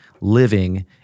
living